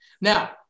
Now